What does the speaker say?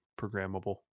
programmable